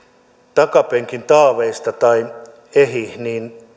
takapenkin taaveista tahi ei niin